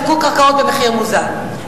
תשווקו קרקעות במחיר מוזל,